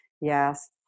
yes